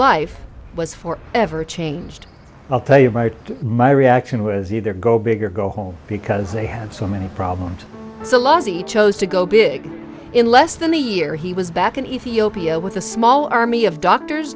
life was for ever changed i'll tell you right my reaction was either go big or go home because they had so many problems so long as he chose to go big in less than a year he was back in ethiopia with a small army of doctors